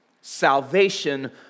salvation